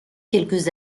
quelques